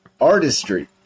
Artistry